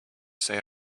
say